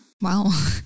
Wow